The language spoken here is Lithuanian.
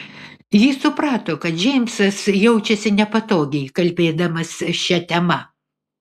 ji suprato kad džeimsas jaučiasi nepatogiai kalbėdamas šia tema